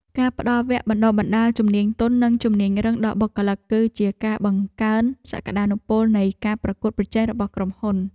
ការផ្តល់វគ្គបណ្តុះបណ្តាលជំនាញទន់និងជំនាញរឹងដល់បុគ្គលិក គឺជាការបង្កើនសក្តានុពលនៃការប្រកួតប្រជែងរបស់ក្រុមហ៊ុន។